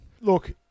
Look